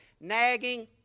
Nagging